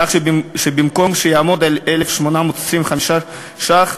כך שבמקום שיהיה 1,825 ש"ח,